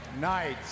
Night